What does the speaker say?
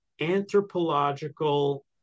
anthropological